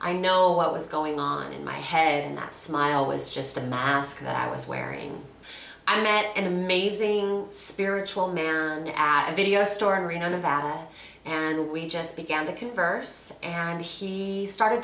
i know what was going on in my head and that smile was just a mask that i was wearing i met an amazing spiritual man on our video store in reno nevada and we just began to converse and he started